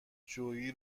جویی